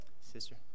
Sister